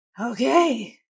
okay